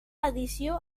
edició